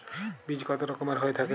বীজ কত রকমের হয়ে থাকে?